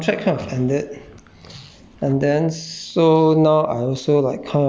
for H_P_B there [one] and then uh the contract kind of ended